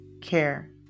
care